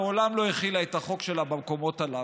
מעולם לא החילה את החוק שלה במקומות הללו.